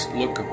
look